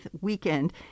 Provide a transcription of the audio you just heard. weekend